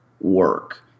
work